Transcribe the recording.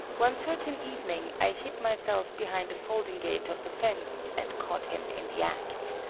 one certain evening i hid myself behind a folding-gate of the fence and caught him in the act.